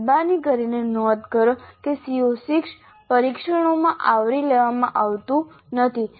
મહેરબાની કરીને નોંધ કરો કે CO6 પરીક્ષણોમાં આવરી લેવામાં આવતું નથી